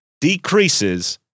decreases